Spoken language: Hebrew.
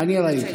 אני מתנצלת.